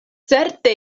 certe